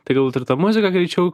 tai galbūt ir ta muzika greičiau